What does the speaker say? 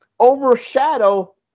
overshadow